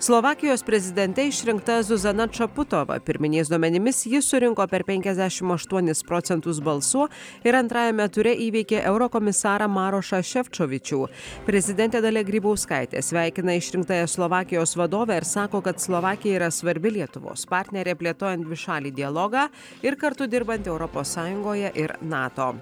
slovakijos prezidente išrinkta zuzana čaputova pirminiais duomenimis ji surinko per penkiasdešimt aštuonis procentus balsų ir antrajame ture įveikė eurokomisarą marošą šefčovičių prezidentė dalia grybauskaitė sveikina išrinktąją slovakijos vadovę ir sako kad slovakija yra svarbi lietuvos partnerė plėtojant dvišalį dialogą ir kartu dirbant europos sąjungoje ir nato